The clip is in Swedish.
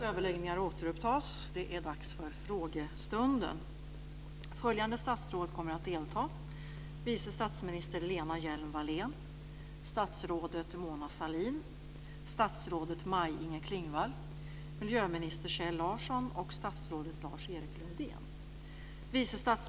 Fru talman!